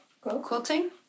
Quilting